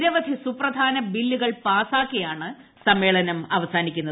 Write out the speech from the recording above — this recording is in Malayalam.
നിരവധി സുപ്രധാന ബില്ലുകൾ പാസാക്കിയാണ് സമ്മേളനം അവസാനിക്കുന്നത്